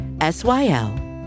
S-Y-L